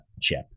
chip